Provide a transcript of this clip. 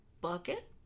bucket